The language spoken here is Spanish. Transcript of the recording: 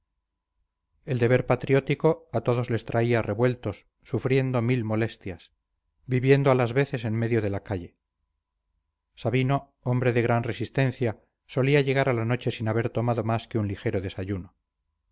el deber patriótico a todos les traía revueltos sufriendo mil molestias viviendo a las veces en medio de la calle sabino hombre de gran resistencia solía llegar a la noche sin haber tomado más que un ligero desayuno